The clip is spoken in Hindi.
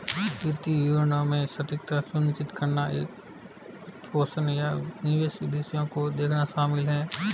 वित्तीय विवरणों में सटीकता सुनिश्चित करना कर, वित्तपोषण, या निवेश उद्देश्यों को देखना शामिल हैं